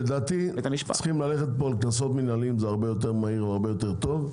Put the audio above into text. קודם כול קנסות מנהליים זה הרבה יותר מהיר והרבה יותר טוב.